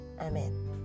Amen